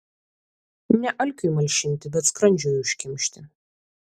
ne alkiui malšinti bet skrandžiui užkimšti